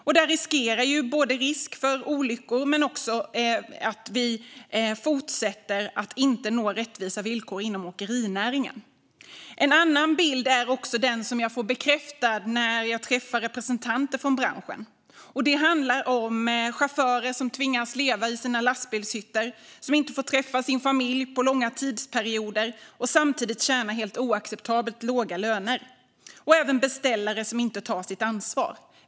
Detta riskerar att få konsekvenser såväl för risken för olyckor som för våra förutsättningar att nå rättvisa villkor inom åkerinäringen. En annan bild är den som jag får bekräftad när jag träffar representanter för branschen. Det handlar dels om chaufförer som tvingas leva i sina lastbilshytter, som inte får träffa sin familj under långa tidsperioder och som samtidigt har helt oacceptabelt låga löner, dels om beställare som inte tar sitt ansvar.